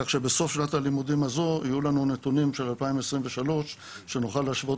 כך שבסוף שנת הלימודים הזו יהיו לנו נתונים של 2023 שנוכל להשוות